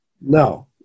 No